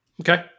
Okay